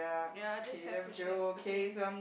ya I just have food shack okay